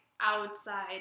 outside